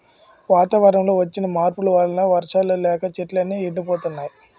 వాతావరణంలో వచ్చిన మార్పుల వలన వర్షాలు లేక చెట్లు అన్నీ ఎండిపోతున్నాయి